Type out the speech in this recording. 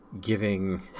giving